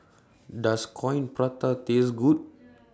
Does Coin Prata Taste Good